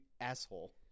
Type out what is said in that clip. asshole